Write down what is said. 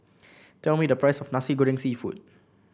tell me the price of Nasi Goreng seafood